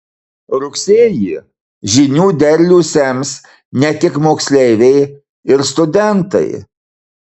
rugsėjį žinių derlių sems ne tik moksleiviai ir studentai